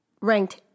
ranked